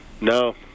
no